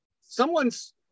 Someone's